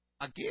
Again